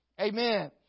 Amen